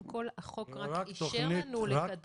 החוק אישר לנו לקדם את זה ב-2017.